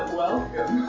welcome